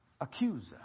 accuser